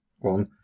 one